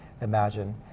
imagine